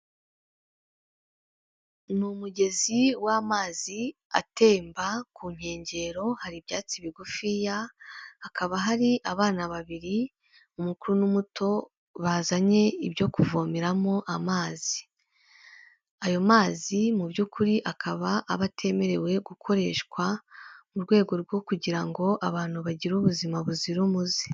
Ni umugezi w'amazi atemba, ku nkengero hari ibyatsi bigufiya hakaba hari abana babiri umukuru n'umuto bazanye ibyo kuvomeramo amazi, ayo mazi mubyukuri akaba aba atemerewe gukoreshwa mu rwego rwo kugirango abantu bagire ubuzima buzira umuze.